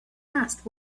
asked